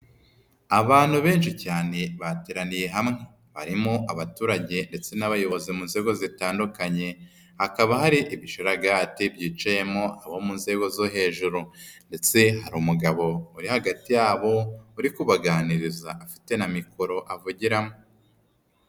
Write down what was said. Abantu benshi cyane bateraniye hamwe. Barimo abaturage ndetse n'abayobozi mu nzego zitandukanye hakaba hari ibishoragati byicayemo abo mu nzego zo hejuru ndetse hari umugabo uri hagati yabo, uri kubaganiriza afite na mikoro avugiramo.